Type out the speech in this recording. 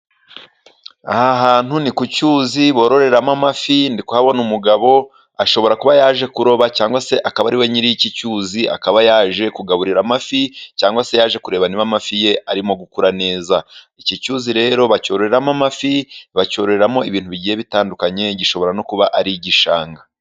Aha hantu ni ku cyuzi bororeramo amafi, ndikuhabona umugabo ashobora kuba yaje kuroba cyangwa se akaba ariwe nyiri iki cyuzi, akaba yaje kugaburira amafi cyangwa se yaje kureba niba amafi ye arimo gukura neza. Iki cyuzi rero bacyororeramo amafi bacyororeramo ibintu bigiye bitandukanye gishobora no kuba ari igishanga.